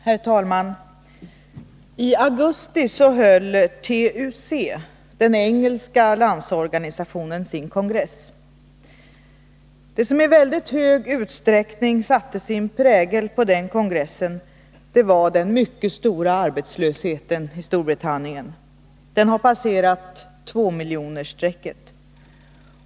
Herr talman! I augusti höll TUC, den engelska landsorganisationen, sin kongress. Det som i väldigt hög utsträckning satte sin prägel på den kongressen var den mycket stora arbetslösheten i Storbritannien. Den har passerat tvåmiljonerstrecket.